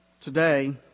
Today